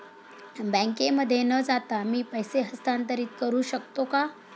बँकेमध्ये न जाता मी पैसे हस्तांतरित करू शकतो का?